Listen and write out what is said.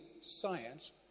science